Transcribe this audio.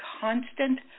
constant